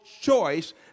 choice